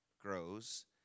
grows